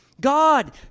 God